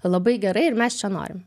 labai gerai ir mes čia norim